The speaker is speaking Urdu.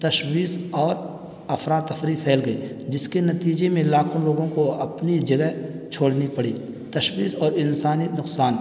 تشویش اور افرا تفری پھیل گئی جس کے نتیجے میں لاکھوں لوگوں کو اپنی جگہ چھوڑنی پڑی تشویش اور انسانی نقصان